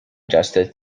justice